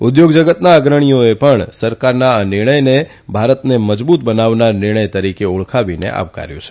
ઉદ્યોગ જગતના અગ્રણીઓએ પણ સરકારના નિર્ણયને ભારતને મજબૂત બનાવનાર નિર્ણય તરીકે ઓળખાવીને આવકાર્યો છે